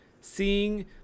seeing